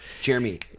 Jeremy